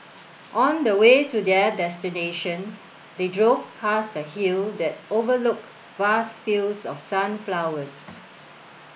on the way to their destination they drove past a hill that overlook vast fields of sunflowers